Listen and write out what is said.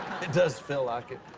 it does feel like it.